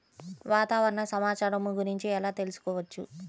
వాతావరణ సమాచారము గురించి ఎలా తెలుకుసుకోవచ్చు?